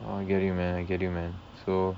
oh I get you man I get you man so